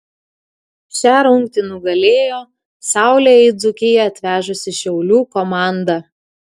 šią rungtį nugalėjo saulę į dzūkiją atvežusi šiaulių komanda